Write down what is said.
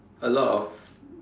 a lot of